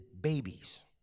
babies